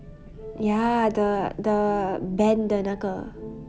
ya the the band 的那个